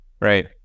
right